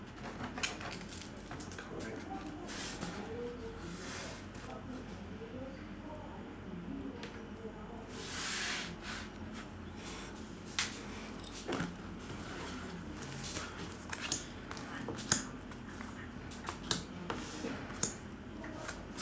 correct